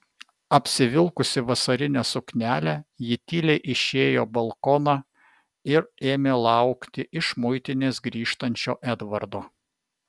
apsivilkusi vasarinę suknelę ji tyliai išėjo balkoną ir ėmė laukti iš muitinės grįžtančio edvardo